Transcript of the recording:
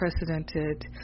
unprecedented